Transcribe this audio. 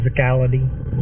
physicality